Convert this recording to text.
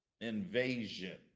invasion